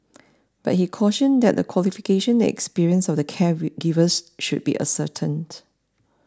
but he cautioned that the qualifications and experience of the givers should be ascertained